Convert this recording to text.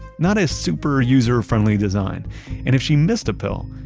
not a super user-friendly design and if she missed a pill,